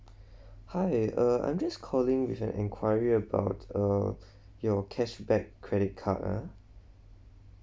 hi uh I'm calling with an enquiry about err your cashback credit card ah